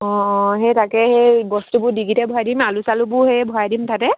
অঁ অঁ সেই তাকে সেই বস্তুবোৰ ডিগ্গিতে ভৰাই দিম আলু চালুবোৰ সেই ভৰাই দিম তাতে